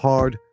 Hard